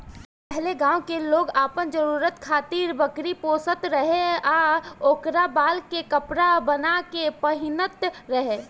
पहिले गांव के लोग आपन जरुरत खातिर बकरी पोसत रहे आ ओकरा बाल से कपड़ा बाना के पहिनत रहे